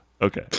Okay